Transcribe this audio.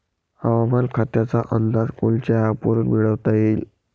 हवामान खात्याचा अंदाज कोनच्या ॲपवरुन मिळवता येईन?